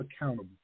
accountable